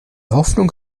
hoffnung